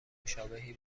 مشابهی